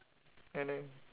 oh no